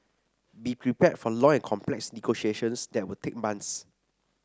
be prepared for long and complex negotiations that will take months